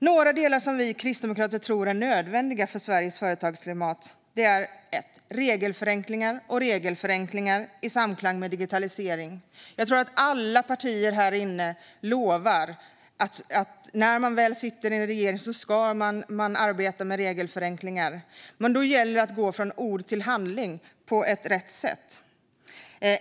Några delar som vi kristdemokrater tror är nödvändiga för Sveriges företagsklimat är regelförenklingar i samklang med digitalisering. Jag tror att alla partier har lovat att när de väl sitter i en regering ska de arbeta med regelförenklingar. Men då gäller det att gå från ord till handling på rätt sätt.